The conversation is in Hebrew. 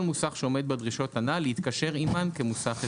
מוסך שעומד בדרישות הנ"ל להתקשר עמן כמוסך הסדר.